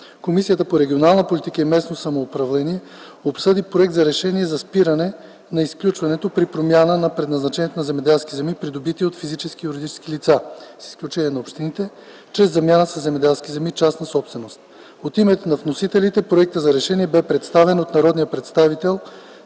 Комисията по регионална политика и местно самоуправление обсъди проект на Решение за спиране на изключването при промяна на предназначението на земеделски земи, придобити от физически и юридически лица, с изключение на общините, чрез замяна със земеделски земи – частна собственост. От името на вносителите проектът за решение бе представен от народния представител